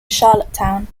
charlottetown